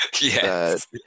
yes